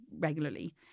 regularly